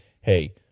hey